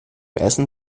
essen